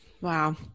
Wow